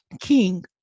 King